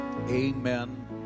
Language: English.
amen